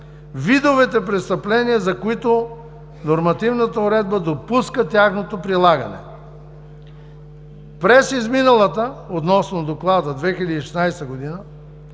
видовете престъпления, за които нормативната уредба допуска тяхното прилагане. През изминалата 2016 г.